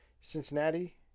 Cincinnati